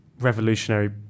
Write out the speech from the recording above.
revolutionary